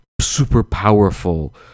super-powerful